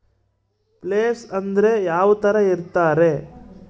Place ಅಂದ್ರೆ ಯಾವ್ತರ ಇರ್ತಾರೆ?